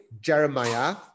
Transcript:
Jeremiah